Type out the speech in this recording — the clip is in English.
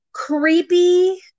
creepy